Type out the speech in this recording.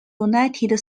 united